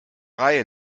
reihe